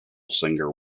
singer